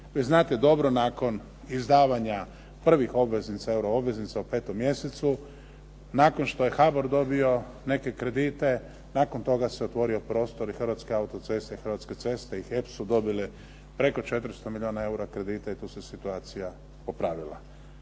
Vi znate dobro, nakon izdavanja prvih euroobveznica u 5. mjesecu nakon što je HABOR dobio neke kredite, nakon toga se otvorio prostor i Hrvatske autoceste, Hrvatske ceste i HEP su dobile preko 400 milijuna eura kredite i tu se situacija popravila.